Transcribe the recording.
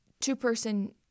two-person